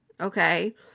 Okay